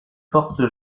fortes